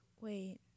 wait